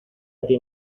aquí